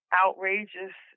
outrageous